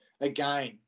again